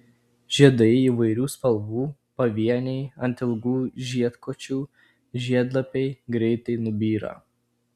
žiedai įvairių spalvų pavieniai ant ilgų žiedkočių žiedlapiai greitai nubyra